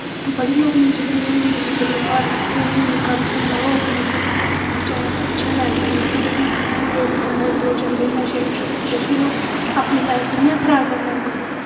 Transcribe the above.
बड़े लोग न जेह्ड़े इ'यां डिग्रियां करियै घर बैठे दे उ'नें नेईं कम्म थ्होंदा ओह् अपने उप्पर जादा टैंशन लैंदे ओह् फिर दूए कम्में च जंदे नशे नुशे करदे फिर ओह् अपनी लाईफ इ'यां खराब करी लैंदे न